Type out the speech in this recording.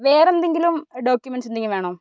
വേറെ എന്തെങ്കിലും ഡോക്യുമെൻസ് എന്തെങ്കിലും വേണോ